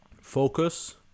focus